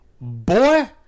boy